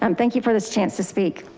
um thank you for this chance to speak.